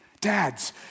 dads